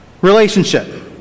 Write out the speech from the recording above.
relationship